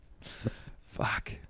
Fuck